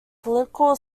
political